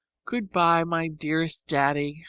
goodbye, my dearest daddy.